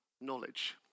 knowledge